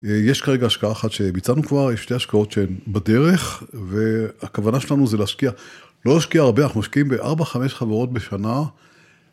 יש כרגע השקעה אחת שביצענו כבר, יש שתי השקעות שהן בדרך, והכוונה שלנו זה להשקיע. לא להשקיע הרבה, אנחנו משקיעים ב-4-5 חברות בשנה.